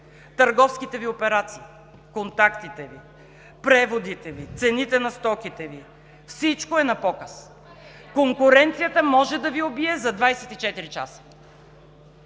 Търговските Ви операции, контактите Ви, преводите Ви, цените на стоките Ви – всичко е на показ. Конкуренцията може да Ви убие за 24 часа.